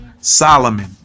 Solomon